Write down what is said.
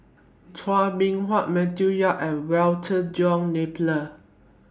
Chua Beng Huat Matthew Yap and Walter John Napier